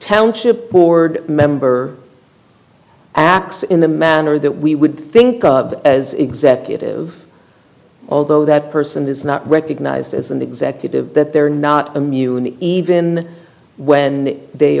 township board member acts in the manner that we would think of as executive although that person is not recognised as an executive that they're not immune even when they